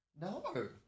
No